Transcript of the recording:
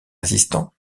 résistant